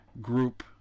group